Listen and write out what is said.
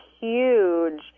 huge